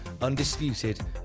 Undisputed